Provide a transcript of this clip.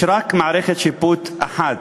יש רק מערכת שיפוט אחת,